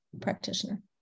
practitioner